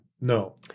No